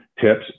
tips